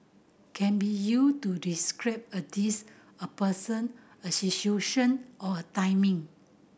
can be used to describe a dish a person a situation or a timing